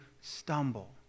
stumble